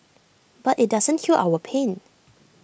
but IT doesn't heal our pain